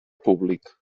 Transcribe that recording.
públic